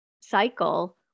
cycle